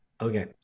Okay